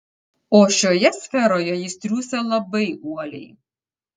o šioje sferoje jis triūsia labai uoliai